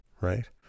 right